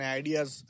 ideas